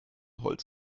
holz